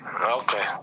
Okay